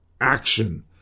action